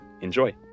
Enjoy